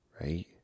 right